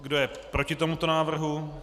Kdo je proti tomuto návrhu?